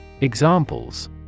Examples